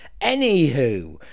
anywho